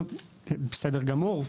בסדר גמור,